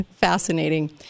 fascinating